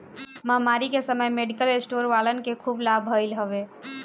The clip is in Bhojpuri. महामारी के समय मेडिकल स्टोर वालन के खूब लाभ भईल हवे